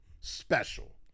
special